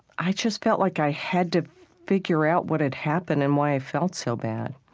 i just felt like i had to figure out what had happened and why i felt so bad,